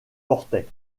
portait